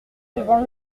devant